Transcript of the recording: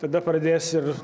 tada pradės ir